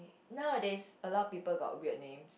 now there's a lot of people got weird name